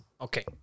okay